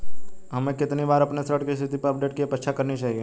हमें कितनी बार अपने ऋण की स्थिति पर अपडेट की अपेक्षा करनी चाहिए?